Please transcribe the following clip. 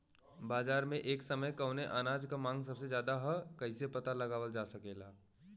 बाजार में एक समय कवने अनाज क मांग सबसे ज्यादा ह कइसे पता लगावल जा सकेला?